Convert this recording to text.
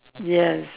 yes